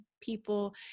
people